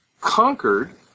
conquered